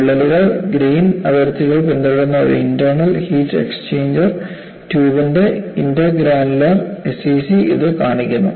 വിള്ളലുകൾ ഗ്രേൻ അതിർത്തികൾ പിന്തുടരുന്ന ഒരു ഇൻകോണൽ ഹീറ്റ് എക്സ്ചേഞ്ചർ ട്യൂബിന്റെ ഇന്റർഗ്രാനുലർ എസ്സിസി ഇത് കാണിക്കുന്നു